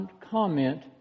comment